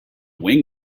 wing